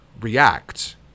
react